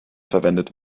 verwendet